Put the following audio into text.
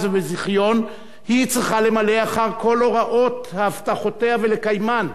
ובזיכיון צריכים למלא אחר כל הוראות הבטחותיה ולקיימן.